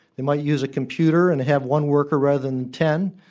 they might use a computer and have one worker rather than ten,